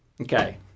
Okay